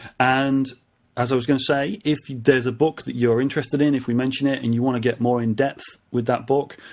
and as i was going to say, if there's a book that you're interested in, if we mentioned it and you want to get more in-depth with that book,